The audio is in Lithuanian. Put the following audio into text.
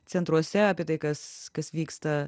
centruose apie tai kas kas vyksta